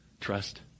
Trust